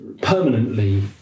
permanently